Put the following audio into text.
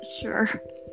sure